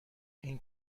این